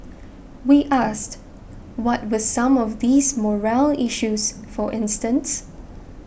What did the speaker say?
we asked what were some of these morale issues for instance